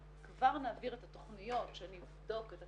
הוא כבר לא תיק שמטפל בעבירה קטנה אלא הופך להיות מגה תיק,